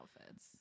outfits